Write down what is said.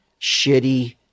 shitty